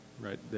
right